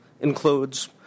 includes